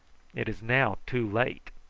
it is now too late.